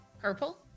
Purple